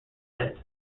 head